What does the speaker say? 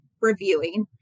reviewing